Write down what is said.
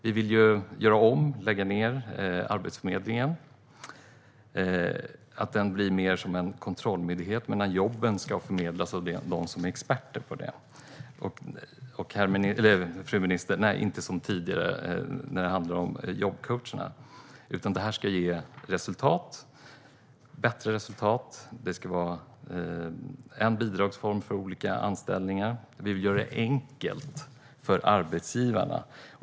Vi vill göra om Arbetsförmedlingen så att den blir mer som en kontrollmyndighet, medan jobben ska förmedlas av dem som är experter på det, och, fru minister, inte som tidigare när det handlade om jobbcoacherna, utan det här ska ge bättre resultat. Det ska vara en bidragsform för olika anställningar. Vi vill göra det enkelt för arbetsgivarna.